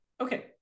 okay